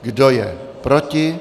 Kdo je proti?